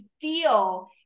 feel